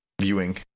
viewing